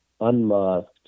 unmasked